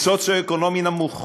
במעמד סוציו-אקונומי נמוך,